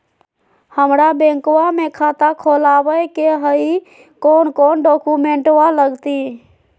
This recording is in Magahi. हमरा बैंकवा मे खाता खोलाबे के हई कौन कौन डॉक्यूमेंटवा लगती?